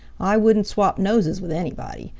i wouldn't swap noses with anybody.